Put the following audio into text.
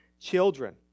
children